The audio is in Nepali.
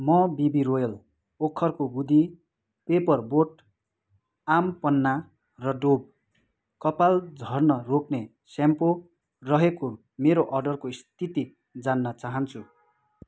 म बिबी रोयल ओखरको गुदी पेपर बोट आम पन्ना र डोभ कपाल झर्न रोक्ने स्याम्पो रहेको मेरो अर्डरको स्थिति जान्न चाहन्छु